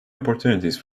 opportunities